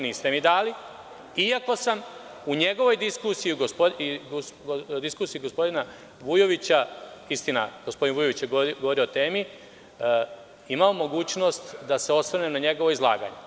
Niste mi dali iako sam u njegovoj diskusiji i diskusiji gospodina Vujovića, istina gospodin Vujović je govorio o temi, imao mogućnost da se osvrnem na njegovo izlaganje.